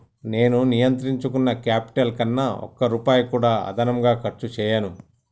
నేను నిర్ణయించుకున్న క్యాపిటల్ కన్నా ఒక్క రూపాయి కూడా అదనంగా ఖర్చు చేయను